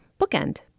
Bookend